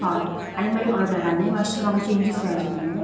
हय आनी मरे ऑर्डरानूय मातशे म्हाका चेंजीस जाय आसलले